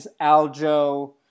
Aljo